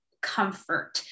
comfort